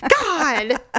god